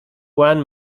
one